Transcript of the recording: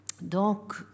donc